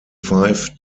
five